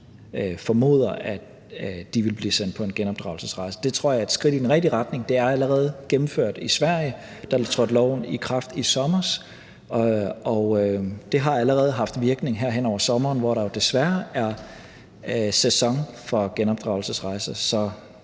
formoder, at de vil blive sendt på en genopdragelsesrejse. Det tror jeg er et skridt i den rigtige retning. Det er allerede gennemført i Sverige, hvor loven trådte i kraft i sommer, og det har allerede haft virkning her hen over sommeren, hvor der jo desværre er sæson for genopdragelsesrejser.